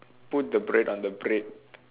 put the bread on the bread